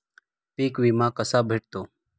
पीक विमा कसा भेटतो?